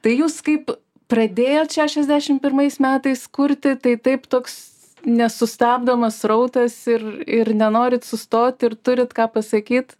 tai jūs kaip pradėjot šešiasdešim pirmais metais kurti tai taip toks nesustabdomas srautas ir ir nenorit sustot ir turit ką pasakyt